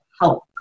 help